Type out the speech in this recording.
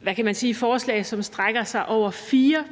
hvad kan man sige, tale om forslag, som strækker sig over fire